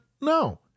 No